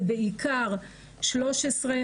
זה בעיקר 13,